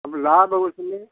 अब लाभ उसमें